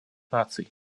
наций